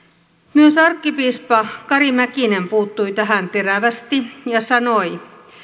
myös arkkipiispa kari mäkinen puuttui tähän terävästi ja sanoi